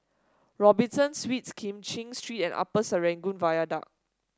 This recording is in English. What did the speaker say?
Robinson Suites Kim Cheng Street and Upper Serangoon Viaduct